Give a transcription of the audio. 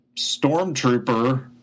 stormtrooper